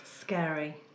scary